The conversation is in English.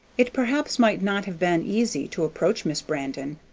it perhaps might not have been easy to approach miss brandon,